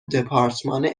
دپارتمان